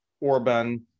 Orban